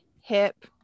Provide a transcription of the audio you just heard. hip